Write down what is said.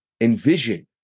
envision